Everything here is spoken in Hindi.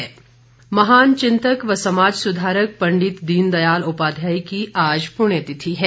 दीनदयाल महान चिंतक व समाज सुधारक पंडित दीन दयाल उपाध्याय की आज पुण्यतिथि है